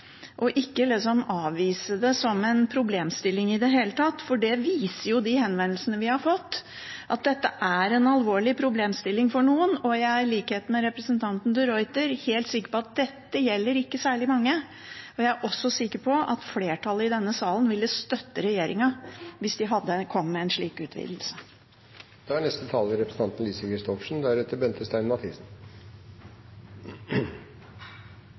ikke avvist det som en problemstilling i det hele tatt. For de henvendelsene vi har fått, viser at dette er en alvorlig problemstilling for noen, og jeg er, i likhet med representanten de Ruiter, helt sikker på at dette ikke gjelder særlig mange. Jeg er også sikker på at flertallet i denne salen ville støttet regjeringen hvis de hadde kommet med en slik